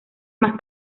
más